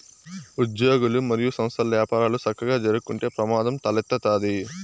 ఉజ్యోగులు, మరియు సంస్థల్ల యపారాలు సక్కగా జరక్కుంటే ప్రమాదం తలెత్తతాది